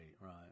right